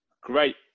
Great